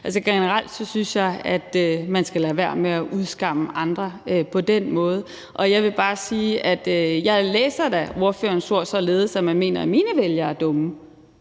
Altså, generelt synes jeg, man skal lade være med at udskamme andre på den måde. Jeg vil bare sige, at jeg da hører ordførerens ord således, at man mener, at mine vælgere er dumme,